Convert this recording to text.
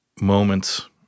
moments